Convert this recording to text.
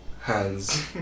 hands